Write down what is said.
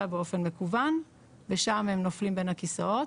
באופן מקוון ושם הם נופלים בין הכיסאות,